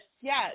Yes